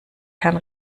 herrn